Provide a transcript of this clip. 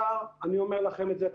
אני אומר לכם את זה,